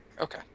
Okay